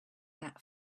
that